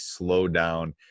slowdown